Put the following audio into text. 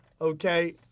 okay